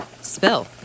Spill